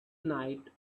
night